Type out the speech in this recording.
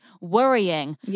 worrying